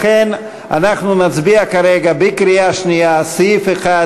לכן נצביע כרגע בקריאה שנייה על סעיף 1,